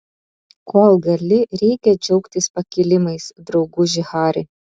kol gali reikia džiaugtis pakilimais drauguži hari